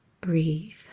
Breathe